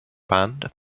band